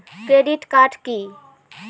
Credit card key?